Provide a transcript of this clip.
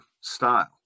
style